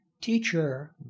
teacher